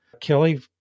Kelly